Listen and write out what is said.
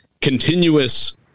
continuous